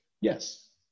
yes